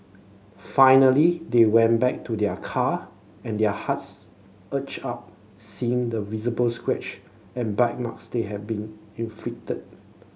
finally they went back to their car and their hearts ached upon seeing the visible scratch and bite marks that had been inflicted